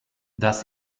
das